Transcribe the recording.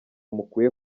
mukwiye